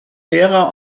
lehrer